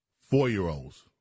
Four-year-olds